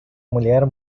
mulher